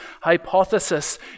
hypothesis